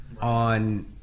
on